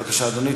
בבקשה, אדוני.